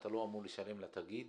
אתה לא אמור לשלם לתאגיד